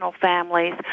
families